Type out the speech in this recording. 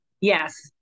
Yes